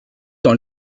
dans